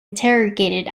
interrogated